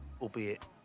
albeit